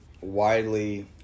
widely